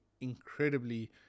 incredibly